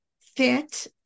fit